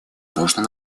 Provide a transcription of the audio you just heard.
должна